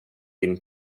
been